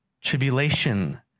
tribulation